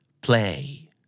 Play